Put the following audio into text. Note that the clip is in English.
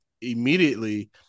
immediately